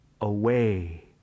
away